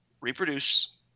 reproduce –